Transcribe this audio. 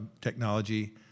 technology